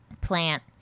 plant